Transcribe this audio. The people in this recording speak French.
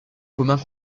commun